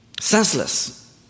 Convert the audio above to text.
Senseless